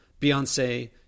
Beyonce